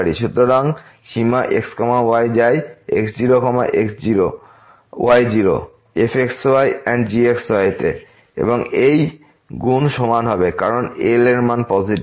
সুতরাং সীমাx y যায় x0 y0 fx y and gx y তে এবং এই গুণ সমান হবে কারণ L এর মান পজিটিভ